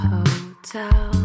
Hotel